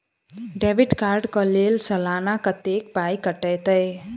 Debit card कऽ लेल सलाना कत्तेक पाई कटतै?